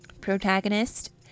protagonist